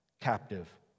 captive